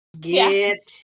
get